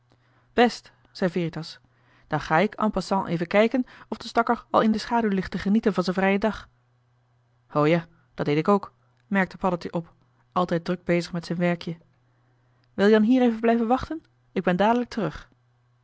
best zei veritas dan ga ik en passant even kijken of de stakker al in de schaduw ligt te genieten van z'n vrijen dag o ja dat deed ik ook merkte paddeltje op altijd druk bezig met zijn werkje wil-je dan hier even blijven wachten ik ben dadelijk terug